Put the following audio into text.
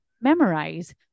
memorize